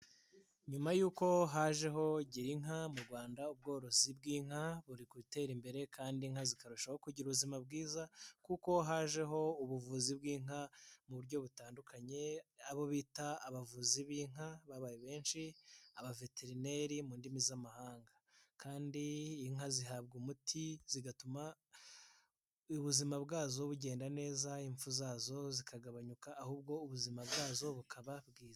Nyuma yuko hajeho Girinka mu Rwanda ubworozi bw'inka buri gutera imbere kandi inka zikarushaho kugira ubuzima bwiza kuko hajeho ubuvuzi bw'inka mu buryo butandukanye, abo bita abavuzi b'inka babaye benshi abaveterineri mu ndimi z'amahanga kandi inka zihabwa umuti zigatuma ubuzima bwazo bugenda neza, impfu zazo zikagabanyuka ahubwo ubuzima bwazo bukaba bwiza.